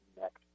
next